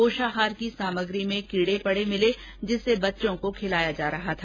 पोषाहार की सामग्री में कीड़े पड़े हए थे जिसे बच्चों को खिलाया जा रहा था